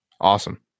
Awesome